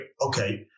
Okay